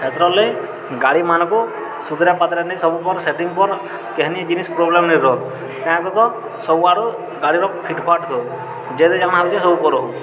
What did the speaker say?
ହେଥର୍ର ଲାଗି ଗାଡ଼ିମାନ୍ଙ୍କୁ ସୁତ୍ରେପାତ୍ରେ ନେଇ ସବୁପର୍ ସେଟିଙ୍ଗ୍ କର୍ନ୍ କେହେନି ଜିନିଷ୍ ପ୍ରୋବ୍ଲେମ୍ ନାଇ ରହୁ ତ ସବୁଆଡ଼ୁ ଗାଡ଼ିର ଫିଟ୍ଫାଟ୍ ଥାଉ ଯେହେତୁ ସବୁ ପଲଉ